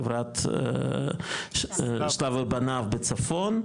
חברת סתיו ובניו בצפון,